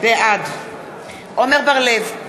בעד עמר בר-לב,